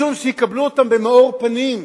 משום שיקבלו אותם במאור פנים,